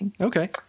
Okay